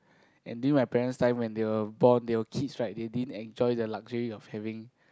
and during my parents time when they were born they were kids right they didn't enjoy the luxury of having